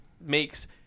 makes